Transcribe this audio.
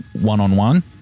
one-on-one